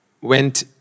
went